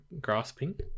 grasping